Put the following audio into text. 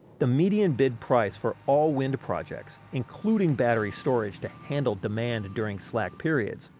the median bid price for all wind projects, including battery storage to handle demand during slack periods,